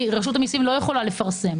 רשות המיסים לא יכולה לפרסם.